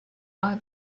buy